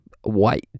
white